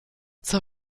zur